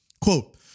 Quote